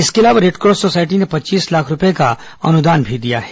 इसके अलावा Red Cross society ने पच्चीस लाख रूपये का अनुदान भी दिया है